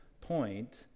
point